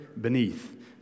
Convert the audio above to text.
beneath